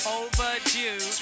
overdue